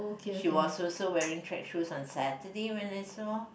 she was also wearing track shoes on Saturday when I saw